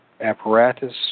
apparatus